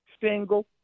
single